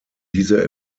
diese